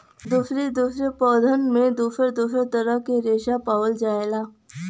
दुसरे दुसरे पौधन में दुसर दुसर तरह के रेसा पावल जाला